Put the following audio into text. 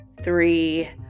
three